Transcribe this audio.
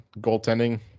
goaltending